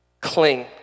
Cling